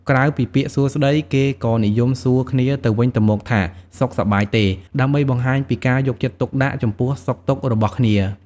ក្រៅពីពាក្យ “សួស្ដី” គេក៏និយមសួរគ្នាទៅវិញទៅមកថា “សុខសប្បាយទេ?” ដើម្បីបង្ហាញពីការយកចិត្តទុកដាក់ចំពោះសុខទុក្ខរបស់គ្នា។